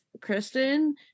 Kristen